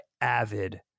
avid